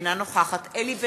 אינה נוכחת אלי בן-דהן,